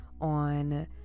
on